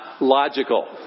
logical